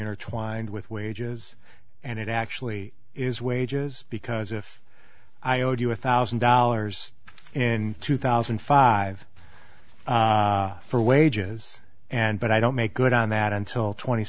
intertwined with wages and it actually is wages because if i owed you one thousand dollars in two thousand and five for wages and but i don't make good on that until tw